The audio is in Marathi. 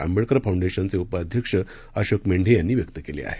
आंबेडकर फाऊंडेशनचे उपाध्यक्ष अशोक मेंढे यांनी व्यक्त केली आहे